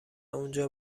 اونجا